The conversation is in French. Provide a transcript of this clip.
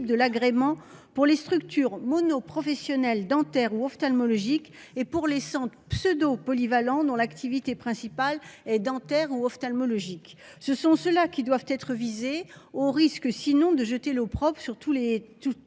de l'agrément pour les structures mono-professionnelles dentaires ou ophtalmologiques et pour les pseudo polyvalent dont l'activité principale et dentaires ou ophtalmologiques, ce sont ceux-là qui doivent être visés au risque sinon de jeter l'opprobre sur tous les